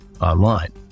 online